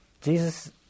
Jesus